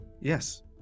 yes